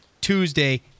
Tuesday